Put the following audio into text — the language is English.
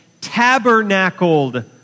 tabernacled